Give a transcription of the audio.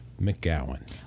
McGowan